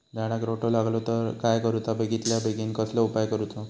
झाडाक रोटो लागलो तर काय करुचा बेगितल्या बेगीन कसलो उपाय करूचो?